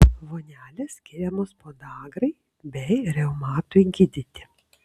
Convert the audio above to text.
vonelės skiriamos podagrai bei reumatui gydyti